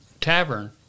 tavern